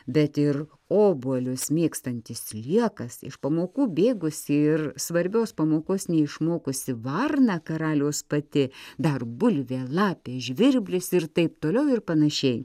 bet ir obuolius mėgstantis sliekas iš pamokų bėgusi ir svarbios pamokos neišmokusi varna karaliaus pati dar bulvė lapė žvirblis ir taip toliau ir panašiai